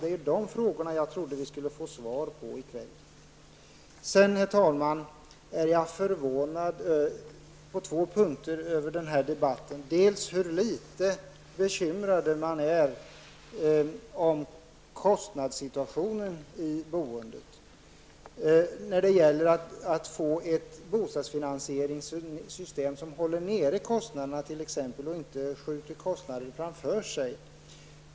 Det är dessa frågor jag trodde vi skulle få svar på i kväll. Sedan, herr talman, är jag förvånad över den här debatten på två punkter. Det gäller hur litet bekymrad man är om kostnadssituationen i boendet och att få ett bostadsfinansieringssystem som håller nere kostnaderna och inte skjuter dem framför sig.